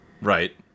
Right